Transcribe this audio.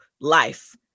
life